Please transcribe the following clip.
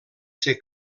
ser